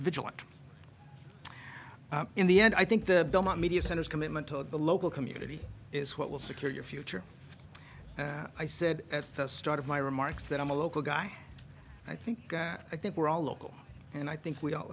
vigilant in the end i think the media centers commitment to the local community is what will secure your future i said at the start of my remarks that i'm a local guy i think that i think we're all local and i think we all